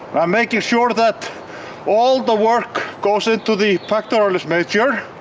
i'm making sure that all the work goes into the pectoralis major,